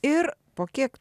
ir po kiek